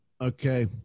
okay